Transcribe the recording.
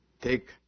take